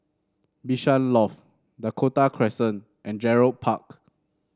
Bishan Loft Dakota Crescent and Gerald Park